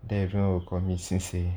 then everyone will call me sensei